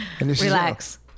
Relax